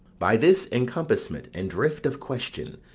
by this encompassment and drift of question,